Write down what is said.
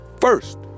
first